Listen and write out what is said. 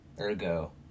Ergo